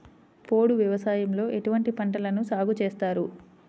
పోడు వ్యవసాయంలో ఎటువంటి పంటలను సాగుచేస్తారు?